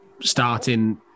starting